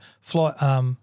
flight